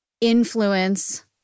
influence